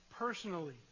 personally